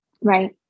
Right